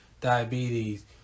diabetes